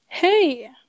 Hey